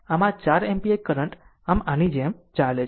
આમ આ 4 ampere current આની જેમ ચાલે છે